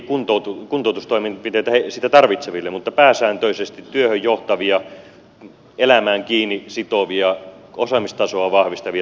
toki kuntoutustoimenpiteitä niitä tarvitseville mutta pääsääntöisesti työhön johtavia elämään kiinni sitovia osaamistasoa vahvistavia toimenpiteitä